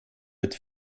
mit